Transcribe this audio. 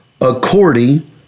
according